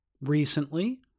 recently